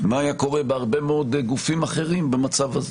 מה היה קורה בהרבה מאוד גופים אחרים במצב הזה